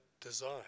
desire